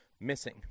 missing